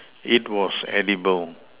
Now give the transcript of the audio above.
it was edible